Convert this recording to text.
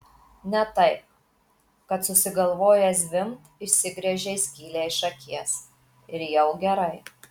ne taip kad susigalvojęs zvimbt išsigręžei skylę iš akies ir jau gerai